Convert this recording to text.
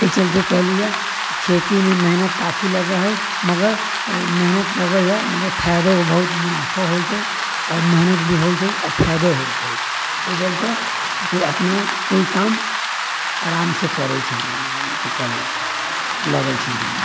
एहि चलते कहलियै कि खेतीमे मेहनत काफी लगैत हइ मगर मेहनत लगैत हइ मगर फायदो बहुत मुनाफो होइत छै आओर मेहनत भी होइत छै आ फायदो होइत छै एहि चलते कि अपना कोइ काम आराम से करैत छै कऽ लैत छै लगैत छै जे